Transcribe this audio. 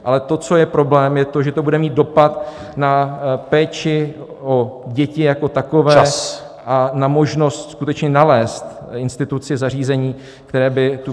Ale to, co je problém, je to, že to bude mít dopad na péči o děti jako takové a na možnost skutečně nalézt instituci, zařízení, které by tu předškolní...